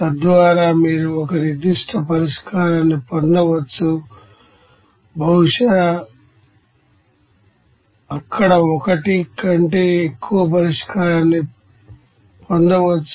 తద్వారా మీరు ఒక నిర్దిష్ట పరిష్కారాన్ని పొందవచ్చు బహుశా అక్కడ ఒకటి కంటే ఎక్కువ పరిష్కారాన్ని పొందవచ్చు